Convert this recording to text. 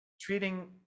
treating